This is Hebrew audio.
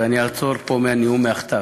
ואני אעצור פה מהנאום מהכתב.